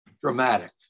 dramatic